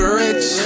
rich